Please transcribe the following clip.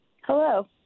hello